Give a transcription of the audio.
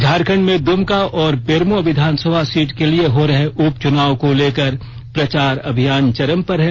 झारखंड में द्मका और बेरमो विधानसभा सीट के लिए हो रहे उच चुनाव को लेकर प्रचार अभियान चरम पर है